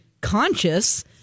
conscious